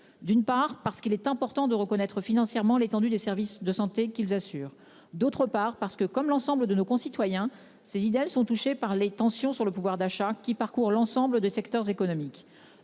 D'une part parce qu'il est important de reconnaître financièrement l'étendue des services de santé qu'ils assurent, d'autre part parce que comme l'ensemble de nos concitoyens. Ces idées elles sont touchés par les tensions sur le pouvoir d'achat qui parcourt l'ensemble des secteurs économiques